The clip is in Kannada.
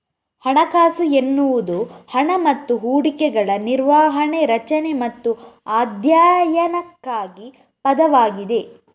ಹಣಕಾಸು ಎನ್ನುವುದು ಹಣ ಮತ್ತು ಹೂಡಿಕೆಗಳ ನಿರ್ವಹಣೆ, ರಚನೆ ಮತ್ತು ಅಧ್ಯಯನಕ್ಕಾಗಿ ಪದವಾಗಿದೆ